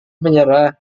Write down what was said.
menyerah